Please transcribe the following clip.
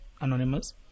Anonymous